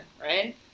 right